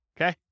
okay